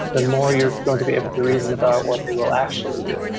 the more you're going to be able to reason about what they will actually do,